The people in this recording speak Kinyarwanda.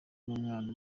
n’umwana